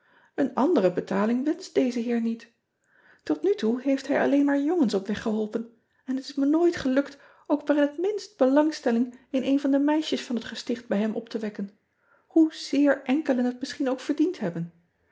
en andere betaling wenscht deze heer niet ot nu toe heeft ean ebster adertje angbeen hij alleen maar jongens op weg geholpen en het is me nooit gelukt ook maar in het minst belangstelling in een van de meisjes van het gesticht bij hem op te wekken hoe zeer enkelen het misschien ook verdiend hebben